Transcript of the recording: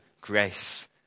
grace